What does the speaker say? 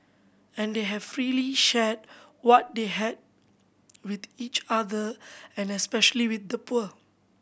and they have freely shared what they had with each other and especially with the poor